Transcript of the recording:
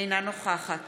אינה נוכחת